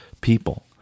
people